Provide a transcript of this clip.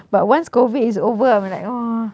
but once COVID is over I'm like !wah!